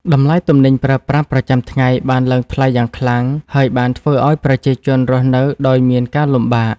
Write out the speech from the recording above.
តម្លៃទំនិញប្រើប្រាស់ប្រចាំថ្ងៃបានឡើងថ្លៃយ៉ាងខ្លាំង ហើយបានធ្វើឲ្យប្រជាជនរស់នៅដោយមានការលំបាក។